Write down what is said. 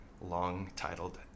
long-titled